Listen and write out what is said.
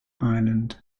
island